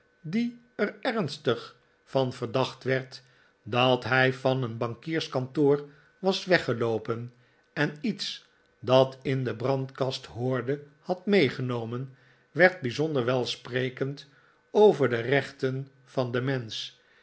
die er ernstig van verdacht werd dat hij van een bankierskantoor was weggeloopen en iets dat in de brandkast hoorde had meegenomen werd bijzonder welsprekend over de rechten van den mensch